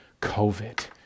COVID